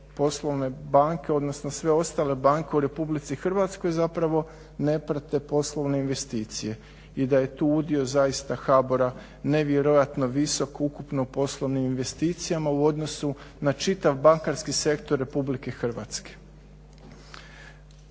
poslovne banke, odnosno sve ostale banke u Republici Hrvatskoj zapravo ne prate poslovne investicije i da je tu udio zaista HBOR-a nevjerojatno visok ukupno poslovnim investicijama u odnosu na čitav bankarski sektor Republike Hrvatske.